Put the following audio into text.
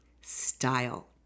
style